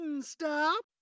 Stop